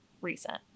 recent